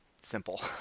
simple